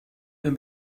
mir